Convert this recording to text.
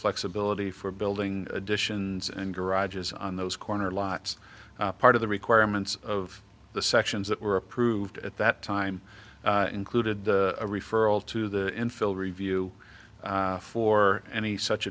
flexibility for building additions and garages on those corner lots part of the requirements of the sections that were approved at that time included a referral to the infill review for any such